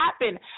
happen